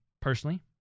personally